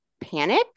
panic